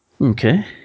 okay